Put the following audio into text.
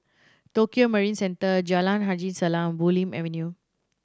Tokio Marine Centre Jalan Haji Salam Bulim Avenue